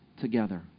together